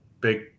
big